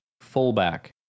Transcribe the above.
fullback